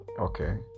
okay